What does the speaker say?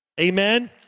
Amen